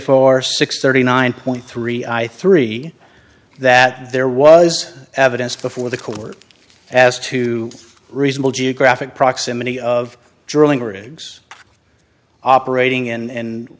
or six thirty nine point three i three that there was evidence before the court as to reasonable geographic proximity of drilling rigs operating and